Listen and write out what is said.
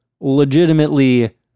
legitimately